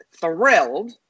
thrilled